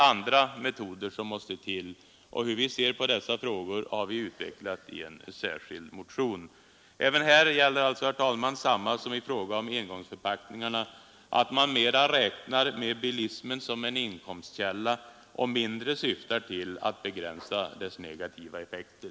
Andra metoder måste till. Hur vi ser på dessa frågor har vi utvecklat i en särskild motion. Även här gäller alltså, herr talman, samma förhållande som i fråga om engångsförpackningarna, att man mera räknar bilismen som en inkomstkälla och mindre syftar till att begränsa dess negativa effekter.